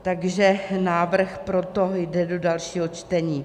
Takže návrh proto jde do dalšího čtení.